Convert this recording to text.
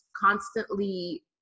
constantly